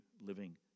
Living